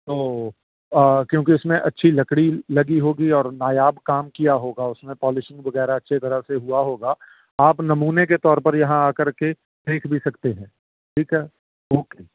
تو کیونکہ اس میں اچھی لکڑی لگی ہوگی اور نایاب کام کیا ہوگا اس میں پالشنگ وغیرہ اچھے طرح سے ہوا ہوگا آپ نمونے کے طور پر یہاں آ کر کے دیکھ بھی سکتے ہیں ٹھیک ہے او کے